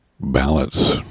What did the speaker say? ballots